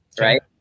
Right